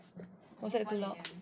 was that too loud